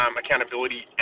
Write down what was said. accountability